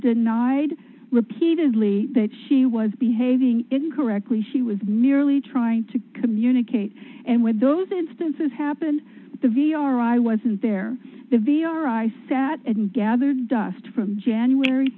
denied repeatedly that she was behaving incorrectly she was merely trying to communicate and where those instances happened the v c r i wasn't there the v c r i sat and gathered dust from january